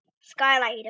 skylight